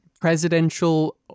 presidential